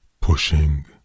Pushing